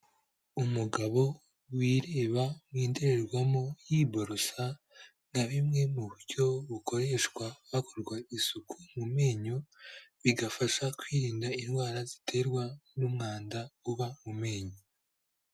Umugabo wireba mu ndorerwamo yiborosa nka bimwe mu buryo bukoreshwa hakorwa isuku mu menyo bigafasha kwirinda indwara ziterwa n'umwanda uba mu menyo.